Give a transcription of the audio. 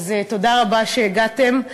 אז תודה רבה שהגעתם.